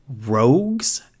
rogues